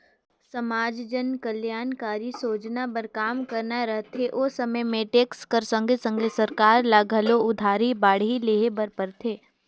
समाज जनकलयानकारी सोजना बर काम करना रहथे ओ समे में टेक्स कर संघे संघे सरकार ल घलो उधारी बाड़ही लेहे ले परथे